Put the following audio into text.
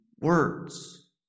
words